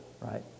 right